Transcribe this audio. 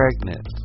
pregnant